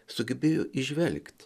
sugebėjo įžvelgt